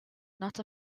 not